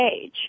age